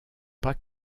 pas